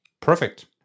Perfect